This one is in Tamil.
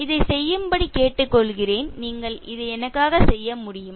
இதைச் செய்யும்படி கேட்டுக்கொள்கிறேன் இதை நீங்கள் எனக்காக செய்ய முடியுமா